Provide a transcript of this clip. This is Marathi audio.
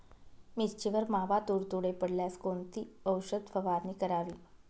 मिरचीवर मावा, तुडतुडे पडल्यास कोणती औषध फवारणी करावी?